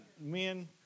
Men